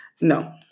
No